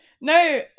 No